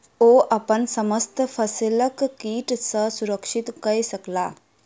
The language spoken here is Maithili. ओ अपन समस्त फसिलक कीट सॅ सुरक्षित कय सकला